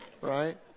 right